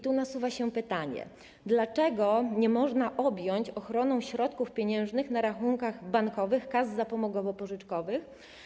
Tu nasuwa się pytanie, dlaczego nie można objąć ochroną środków pieniężnych na rachunkach bankowych kas zapomogowo-pożyczkowych.